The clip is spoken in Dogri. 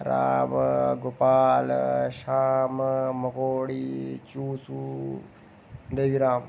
राम गोपाल शाम मोकोड़ी चूसू नेकराम